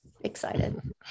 excited